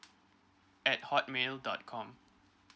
at hotmail dot com